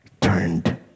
turned